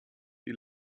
die